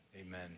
amen